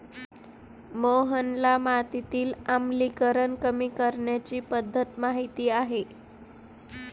मोहनला मातीतील आम्लीकरण कमी करण्याची पध्दत माहित आहे